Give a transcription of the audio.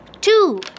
Two